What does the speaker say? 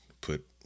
put